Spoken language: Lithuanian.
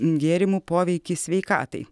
gėrimų poveikį sveikatai